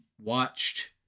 watched